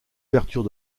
l’ouverture